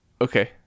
Okay